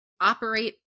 operate